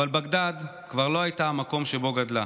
אבל בגדאד כבר לא הייתה המקום שבו גדלה.